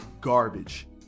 garbage